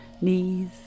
knees